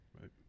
right